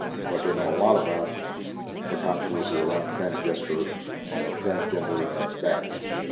but they know a lot about the controversy around transgender transgender bathrooms